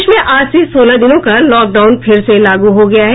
प्रदेश में आज से सोलह दिनों का लॉकडाउन फिर से लागू हो गया है